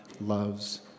loves